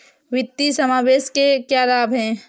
वित्तीय समावेशन के क्या लाभ हैं?